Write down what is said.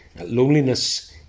loneliness